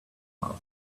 mouth